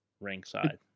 Ringside